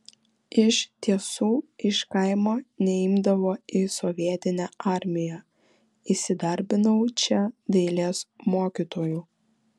iš tiesų iš kaimo neimdavo į sovietinę armiją įsidarbinau čia dailės mokytoju